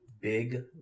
Big